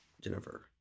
Jennifer